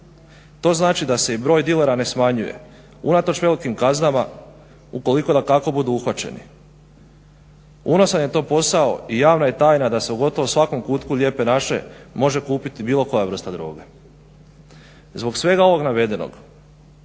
To znači da se i broj dilera ne smanjuje. Unatoč velikim kaznama ukoliko da kako budu uhvaćeni. Unosan je to posao i javna je tajna da se u gotovo svakom kutku lijepe naše može kupiti bilo koja vrsta droge. Zbog svega ovog navedenog